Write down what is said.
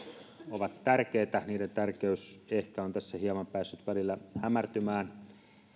ovat tärkeitä niiden tärkeys ehkä on tässä hieman päässyt välillä hämärtymään